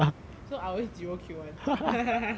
so I always zero kill [one]